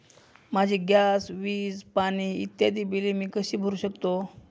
माझी गॅस, वीज, पाणी इत्यादि बिले मी कशी भरु शकतो?